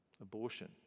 abortion